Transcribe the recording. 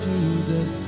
Jesus